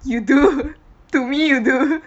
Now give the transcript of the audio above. you do to me you do